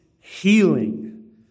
healing